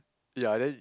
ya then